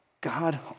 God